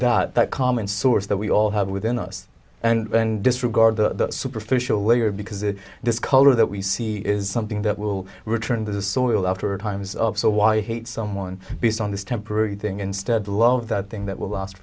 into that common source that we all have within us and then disregard the superficial layer because it does color that we see is something that will return to the soil after a times of so why hate someone based on this temporary thing instead love that thing that will last